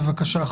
בבקשה,